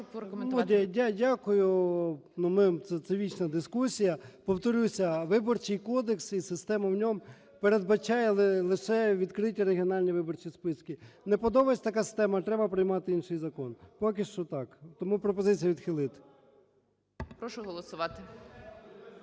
ми… Це вічна дискусія. Повторюся, Виборчий кодекс і система в ньому передбачає лише відкриті регіональні виборчі списки. Не подобається така система – треба приймати інший закон. Поки що так. Тому пропозиція відхилити. ГОЛОВУЮЧИЙ. Прошу голосувати.